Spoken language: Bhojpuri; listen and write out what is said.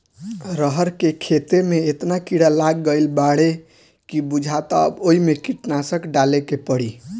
रहर के खेते में एतना कीड़ा लाग गईल बाडे की बुझाता अब ओइमे कीटनाशक डाले के पड़ी